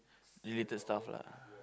related stuff lah